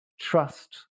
trust